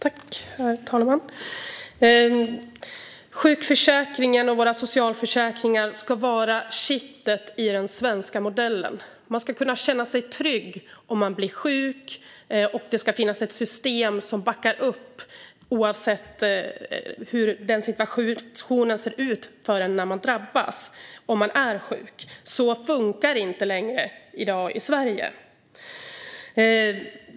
Herr talman! Sjukförsäkringen och våra socialförsäkringar ska vara kittet i den svenska modellen. Man ska kunna känna sig trygg om man blir sjuk, och det ska finnas ett system som backar upp den som är sjuk oavsett hur situationen ser ut för en när man drabbas. Så funkar det inte längre i dag i Sverige.